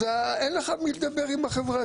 אז אין לך עם מי לדבר עם החברה,